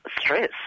stress